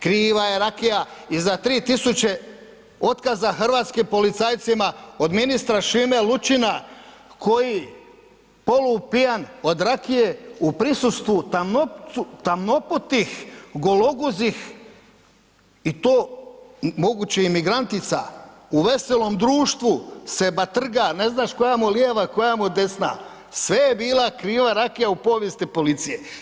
Kriva je rakija i za tri tisuće otkaza hrvatskim policajcima od ministra Šime Lučina koji polupijan od rakije u prisustvu tamnoputih, gologuzih, i to moguće imigrantica, u veselom društvu se batrga, ne znaš koja mu lijeva, koja mu desna, sve je bila kriva rakija u povijesti policije.